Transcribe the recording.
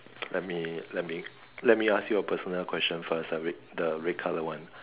let me let me let me ask you a personal question first the red the red color one